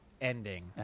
ending